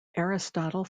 aristotle